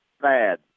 bad